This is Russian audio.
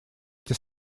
эти